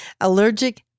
Allergic